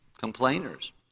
Complainers